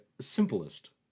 simplest